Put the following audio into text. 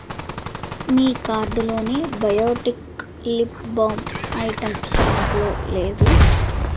మీ కార్డులోని biotic lip balm item స్టాకులో లేదు